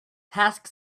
task